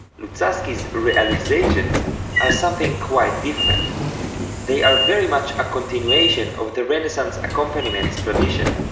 luzzaschi's realizations are something quite different they are very much a continuation of the renaissance accompaniment tradition,